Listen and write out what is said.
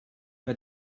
bei